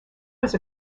was